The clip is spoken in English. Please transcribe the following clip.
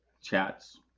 chats